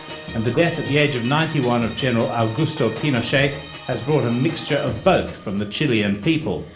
and the death at the age of ninety one of general augusto pinochet has brought a mixture of both from the chilean people.